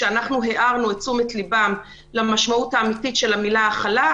כשהארנו את תשומת ליבם למשמעות האמיתית של המילה הכלה,